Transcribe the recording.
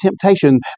temptation